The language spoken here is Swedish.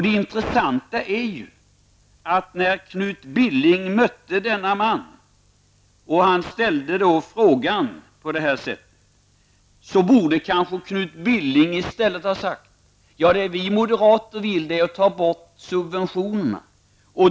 Det intressanta är att när Knut Billing mötte denne man, som ställde frågan på det här sättet, borde kanske Knut Billing i stället ha sagt att det ni moderater vill är att ta bort subventionerna.